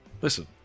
Listen